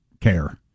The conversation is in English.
care